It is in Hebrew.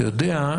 אתה יודע,